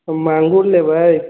मांगुर लेबै